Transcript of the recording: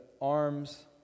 arms